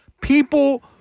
People